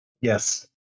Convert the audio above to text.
Yes